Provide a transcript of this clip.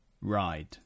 ride